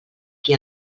qui